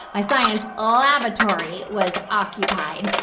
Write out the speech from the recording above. my science ah lavatory was occupied.